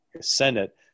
Senate